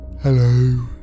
Hello